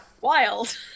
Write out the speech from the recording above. Wild